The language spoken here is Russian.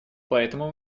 поэтому